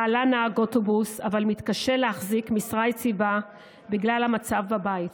בעלה נהג אוטובוס אבל מתקשה להחזיק משרה יציבה בגלל המצב בבית.